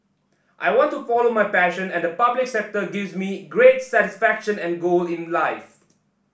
I want to follow my passion and the public sector gives me greater satisfaction and goal in life